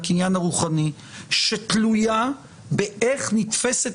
לא קונצנזוס אבל מתוך איזשהו רצון להציג תפיסת